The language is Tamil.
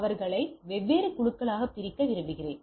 அவர்களை வெவ்வேறு குழுக்களாக பிரிக்க விரும்புகிறேன்